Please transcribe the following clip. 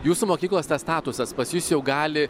jūsų mokyklos tas statusas pas jus jau gali